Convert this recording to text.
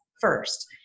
first